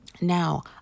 now